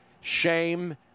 Shame